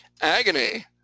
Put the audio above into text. Agony